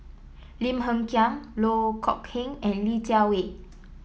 Lim Hng Kiang Loh Kok Heng and Li Jiawei